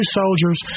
soldiers